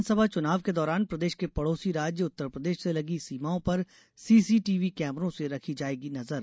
विधानसभा चुनाव के दौरान प्रदेश के पड़ोसी राज्य उत्तरप्रदेश से लगी सीमाओं पर सीसीटीवी कैमरों से रखी जायेगी नजर